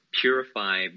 purify